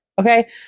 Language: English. okay